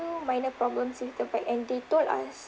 minor problems with the bike and they told us